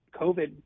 COVID